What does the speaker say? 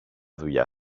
δουλειά